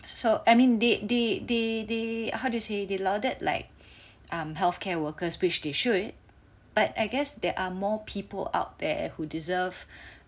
so I mean they they they they how to say they lauded like um healthcare workers which they should but I guess there are more people out there who deserve